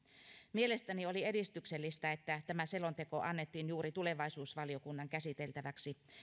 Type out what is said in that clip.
mielestäni oli edistyksellistä että tämä selonteko annettiin juuri tulevaisuusvaliokunnan käsiteltäväksi